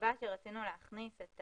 הסיבה שרצינו להכניס את